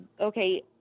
okay